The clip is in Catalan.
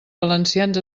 valencians